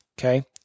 okay